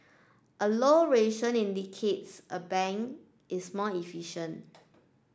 a low ratio indicates a bank is more efficient